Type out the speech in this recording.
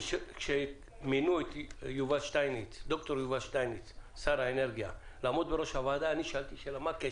כששר האנרגיה יובל שטייניץ מינה אותי לעמוד בראש הוועדה שאלתי מה הקשר?